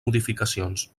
modificacions